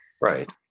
Right